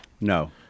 No